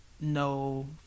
No